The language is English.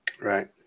right